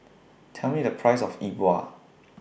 Tell Me The Price of Yi Bua